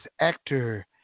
actor